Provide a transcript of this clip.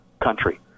country